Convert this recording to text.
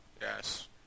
yes